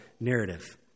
narrative